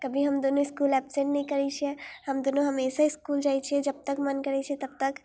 कभी हम दुनू इसकुल एबसेंट नहि करै छियै हम दुनू हमेशा इसकुल जाइ छियै जब तक मन करै छै तब तक